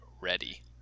ready